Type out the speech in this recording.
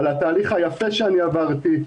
על התהליך היפה שאני עברתי,